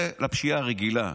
זה לפשיעה הרגילה.